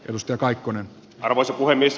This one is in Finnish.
emusta kaikkonen arvoisa puhemies